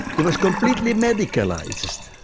it was completely medicalised.